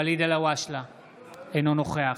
אינו נוכח